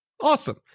Awesome